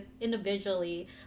individually